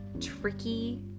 Tricky